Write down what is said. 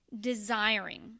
desiring